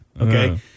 okay